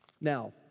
Now